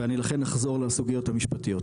ולכן אני אחזור לסוגיות המשפטיות.